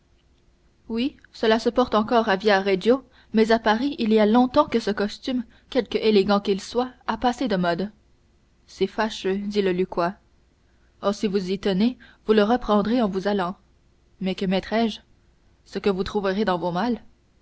oui cela se porte encore à via reggio mais à paris il y a déjà longtemps que ce costume quelque élégant qu'il soit a passé de mode c'est fâcheux dit le lucquois oh si vous y tenez vous le reprendrez en vous en allant mais que mettrai-je ce que vous trouverez dans vos malles